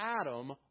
Adam